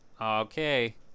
Okay